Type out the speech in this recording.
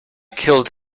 killed